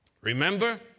Remember